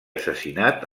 assassinat